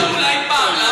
תהית אולי פעם למה?